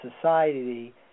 society